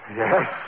yes